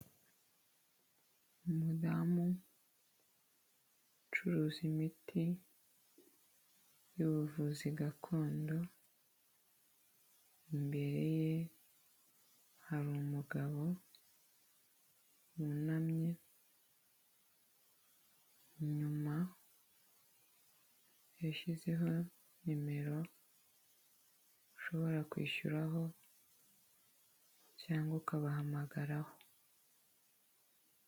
Umudamu ucuruza imiti, ubuvuzi gakondo, imbere ye hari umugabo wunamye, inyuma yashyizeho nimero ushobora kwishyuraho, cyangwa ukabahamagaraho.